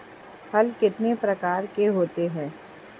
हल कितने प्रकार के होते हैं?